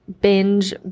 binge